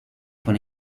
von